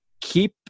keep